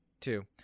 two